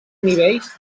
nivells